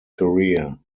career